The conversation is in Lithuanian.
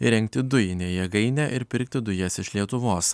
įrengti dujinę jėgainę ir pirkti dujas iš lietuvos